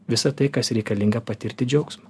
visa tai kas reikalinga patirti džiaugsmą